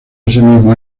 mismo